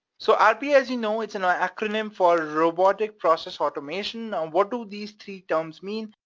so rpa, as you know, it's an ah acronym for robotic process automation. what do these three terms mean?